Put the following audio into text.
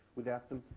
without them,